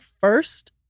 first